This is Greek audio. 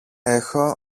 έχω